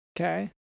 Okay